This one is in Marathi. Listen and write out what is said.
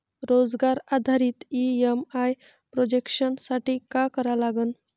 रोजगार आधारित ई.एम.आय प्रोजेक्शन साठी का करा लागन?